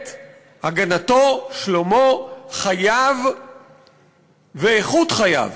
את הגנתו, שלומו, חייו ואיכות חייו